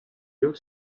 york